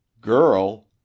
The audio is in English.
girl